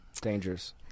dangerous